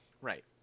Right